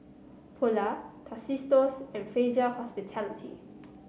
Polar Tostitos and Fraser Hospitality